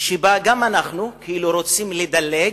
שבה גם אנחנו כאילו רוצים לדלג,